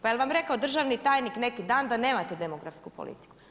Pa jel' vam rekao državni tajnik neki dan da nemate demografsku politiku?